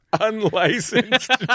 unlicensed